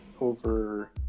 over